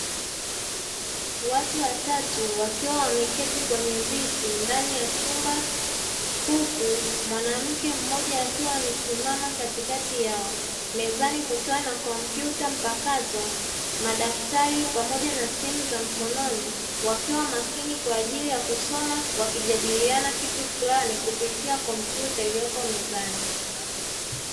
Watu watatu wakiwa wameketi kwenye viti ndani ya chumba huku mwanamke mmoja akiwa amesimama katikati yao, Mezani kukiwa na kompyuta mpakato, madaftari pamoja na simu za mkononi, Wakiwa makini kwaajili ya kusoma wakijadiliana kitu fulani kupitia kompyuta iliyopo mezani.